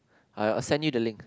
I'll I'll send you the link